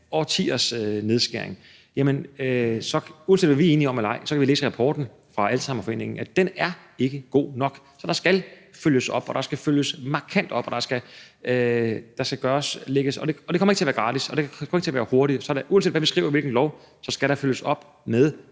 årtiers nedskæring – kan vi læse i rapporten fra Alzheimerforeningen, at den ikke er god nok, så der skal følges op. Der skal følges markant op, og det kommer ikke til at være gratis, det kommer ikke til at være hurtigt. Uanset hvad vi skriver i hvilken lov, skal der følges op med